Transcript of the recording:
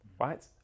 right